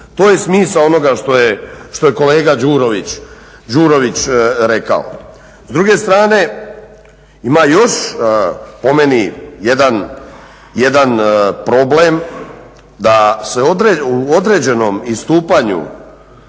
To je smisao onoga što je kolega Đurović rekao. S druge strane ima još po meni jedan problem da se u određenom istupanju